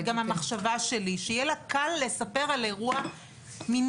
זה חלק מהמחשבה שלי שיהיה לה קל לספר על אירוע מיני.